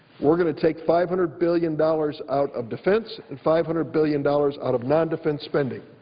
we're going to take five hundred billion dollars out of defense and five hundred billion dollars out of non-defense spending.